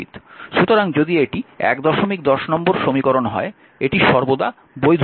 সুতরাং যদি এটি 110 নম্বর সমীকরণ হয় এটি সর্বদা বৈধ নয়